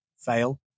fail